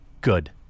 Good